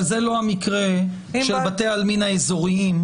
אבל זה לא המקרה של בתי העלמין האזוריים,